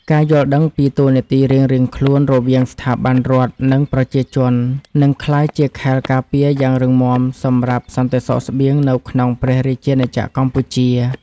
ការយល់ដឹងពីតួនាទីរៀងៗខ្លួនរវាងស្ថាប័នរដ្ឋ និងប្រជាជននឹងក្លាយជាខែលការពារយ៉ាងរឹងមាំសម្រាប់សន្តិសុខស្បៀងនៅក្នុងព្រះរាជាណាចក្រកម្ពុជា។